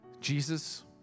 Jesus